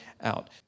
out